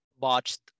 botched